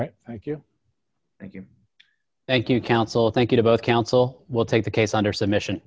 right thank you thank you thank you counsel thinking about counsel will take the case under submission